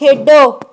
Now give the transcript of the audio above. ਖੇਡੋ